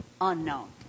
unknown